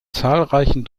zahlreichen